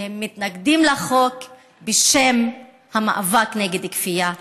שהם מתנגדים לחוק בשם המאבק נגד כפייה דתית.